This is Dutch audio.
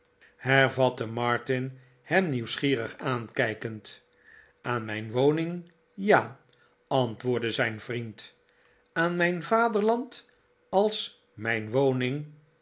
hervatte martin hem nieuwsgierig aankijkend aan mijn woning ja antwoordde zijn vriend aan mijn vaderland als mijn woning